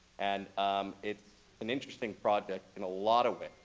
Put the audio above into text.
and it's an interesting project in a lot of